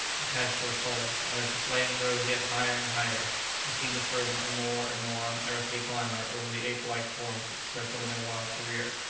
attached to a pole, and as the flames rose yet higher and higher they seemed to throw a more and more unearthly glamour over the ape-like forms that circled in their wild career.